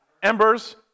Embers